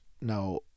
now